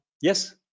yes